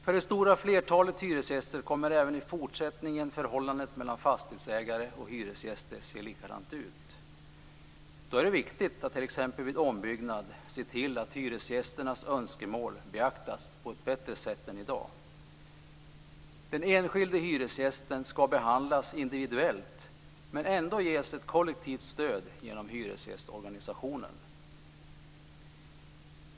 För det stora flertalet hyresgäster kommer även i fortsättningen förhållandet mellan fastighetsägare och hyresgäster att se likadant ut. Då är det viktigt att vid t.ex. ombyggnad se till att hyresgästernas önskemål beaktas på ett bättre sätt än i dag. Den enskilde hyresgästen ska behandlas individuellt, men ändå ges ett kollektivt stöd genom hyresgästorganisationen.